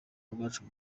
bwacu